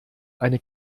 eine